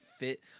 fit